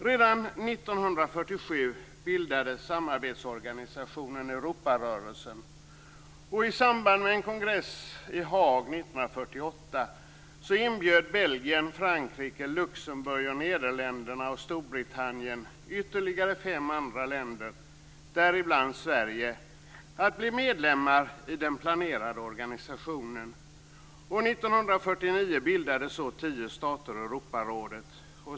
Redan 1947 bildades samarbetsorganisationen Europarörelsen, och i samband med en kongress i Nederländerna och Storbritannien ytterligare fem andra länder, däribland Sverige, att bli medlemmar i den planerade organisationen. 1949 bildade så tio stater Europarådet.